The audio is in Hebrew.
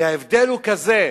כי ההבדל הוא כזה: